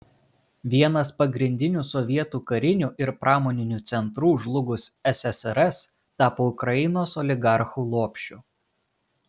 vienas pagrindinių sovietų karinių ir pramoninių centrų žlugus ssrs tapo ukrainos oligarchų lopšiu